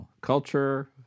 culture